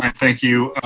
and thank you,